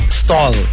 stall